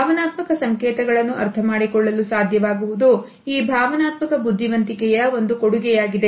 ಭಾವನಾತ್ಮಕ ಸಂಕೇತಗಳನ್ನು ಅರ್ಥಮಾಡಿಕೊಳ್ಳಲು ಸಾಧ್ಯವಾಗುವುದು ಈ ಭಾವನಾತ್ಮಕ ಬುದ್ಧಿವಂತಿಕೆಯ ಒಂದು ಕೊಡುಗೆಯಾಗಿದೆ